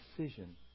decision